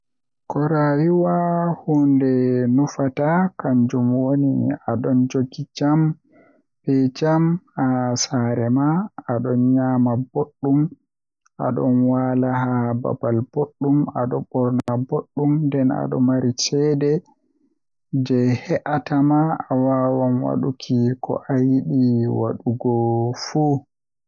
Ko rayuwa hunde nufata kanjum woni adon joodi jam be jam haa saare ma adon nyama boddum adon waala haa babal boddum adon borna boddum nden adon mari ceede jei he'ata ma awawan waduki ko ayidi wadugo fuu.